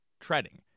treading